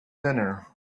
dinner